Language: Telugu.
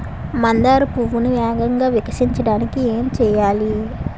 మందార పువ్వును వేగంగా వికసించడానికి ఏం చేయాలి?